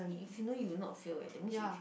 if you knew you would not fail eh that means if